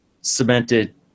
cemented